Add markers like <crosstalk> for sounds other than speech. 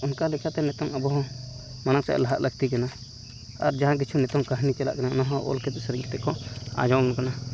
ᱚᱱᱠᱟ ᱞᱮᱠᱟᱛᱮ ᱱᱤᱛᱚᱝ ᱟᱵᱚᱦᱚᱸ <unintelligible> ᱞᱟᱦᱟᱜ ᱞᱟᱹᱠᱛᱤ ᱠᱟᱱᱟ ᱟᱨ ᱡᱟᱦᱟᱸ ᱠᱤᱪᱷᱩ ᱱᱤᱛᱳᱜ ᱠᱟᱹᱦᱱᱤ ᱪᱟᱞᱟᱜ ᱠᱟᱱᱟ ᱚᱱᱟᱦᱚᱸ ᱚᱞ ᱠᱟᱛᱮ ᱥᱮᱨᱮᱧ ᱠᱟᱛᱮ ᱟᱸᱡᱚᱢᱟᱵᱚᱱ ᱠᱟᱱᱟ